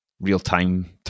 real-time